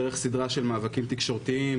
דרך סדרה של מאבקים תקשורתיים,